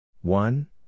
One